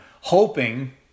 hoping